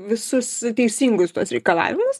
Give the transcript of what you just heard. visus teisingus tuos reikalavimus